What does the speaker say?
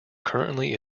currently